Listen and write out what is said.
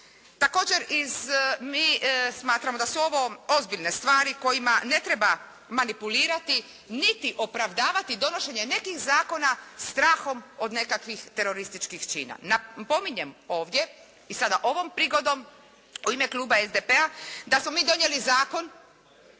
Također iz, mi smatramo da su ovo ozbiljne stvari kojima ne treba manipulirati niti opravdavati donošenje nekih zakona strahom od nekakvih terorističkih čina. Napominjem ovdje i sada ovom prigodom u ime kluba SDP-a da smo mi donijeli Zakon